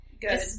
Good